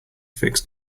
fix